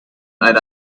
eine